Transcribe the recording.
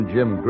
Jim